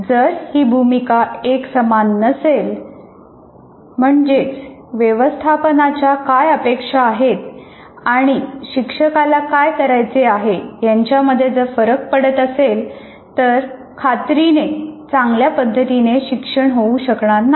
जर ही भूमिका एकसमान नसेल म्हणजेच व्यवस्थापनाच्या काय अपेक्षा आहेत आणि शिक्षकाला काय करायचे आहे यांच्यामध्ये जर फरक असेल तर खात्रीने चांगल्या पद्धतीने शिक्षण होऊ शकणार नाही